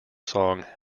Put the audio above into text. song